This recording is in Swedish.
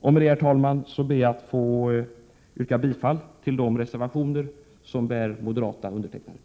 Med detta, herr talman, ber jag att få yrka bifall till de reservationer som moderater har undertecknat.